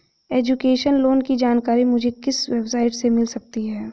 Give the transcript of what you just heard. Education loan की जानकारी मुझे किस वेबसाइट से मिल सकती है?